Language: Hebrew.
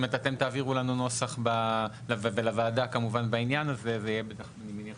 כן, ואני רק